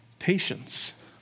Patience